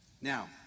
Now